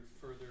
further